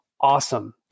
awesome